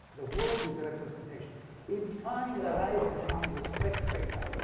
the world is a representation implying that i become the spectator.